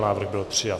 Návrh byl přijat.